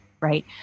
right